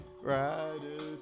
Riders